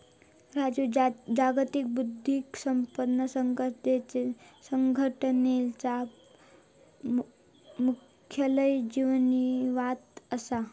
राजू जागतिक बौध्दिक संपदा संघटनेचा मुख्यालय जिनीवात असा